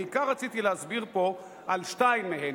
בעיקר רציתי להסביר פה על שתיים מהן,